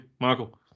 Michael